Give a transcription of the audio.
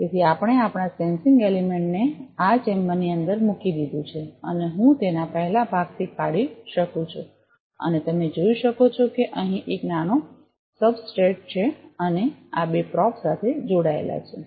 તેથી આપણે આપણાં સેન્સિંગ એલિમેન્ટને આ ચેમ્બરની અંદર મૂકી દીધું છે અને હું તેના પહેલા ભાગથી કાઢી શકું છું અને તમે જોઈ શકો છો કે અહીં એક નાનો સબસ્ટ્રેટ છે અને આ બે પ્રોબ સાથે જોડાયેલ છે